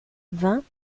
vingt